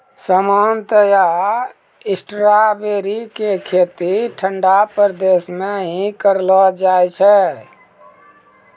सामान्यतया स्ट्राबेरी के खेती ठंडा प्रदेश मॅ ही करलो जाय छै